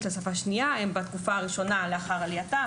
כשפה שנייה בתקופה הראשונה לאחר עלייתם,